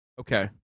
okay